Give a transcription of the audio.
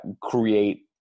create